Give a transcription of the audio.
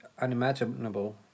unimaginable